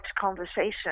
conversation